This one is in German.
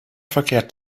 verkehrt